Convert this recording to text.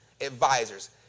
advisors